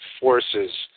forces